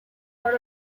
part